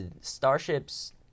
Starship's